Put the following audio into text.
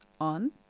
on